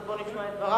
אז בוא נשמע את דבריו,